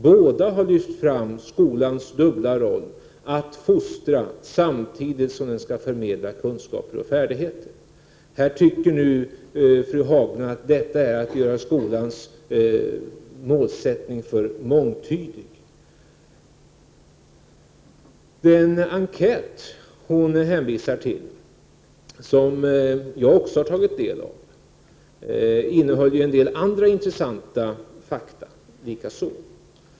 Båda har lyft fram skolans dubbla roll, att den skall fostra samtidigt som den skall förmedla kunskaper och färdigheter. Nu tycker fru Haglund att detta är att göra skolans målsättning för mångtydig. Den enkät som Ann-Cathrine Haglund hänvisar till och som jag också har tagit del av innehöll en del andra intressanta fakta.